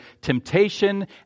temptation